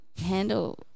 handle